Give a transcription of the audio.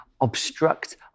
obstruct